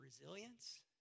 resilience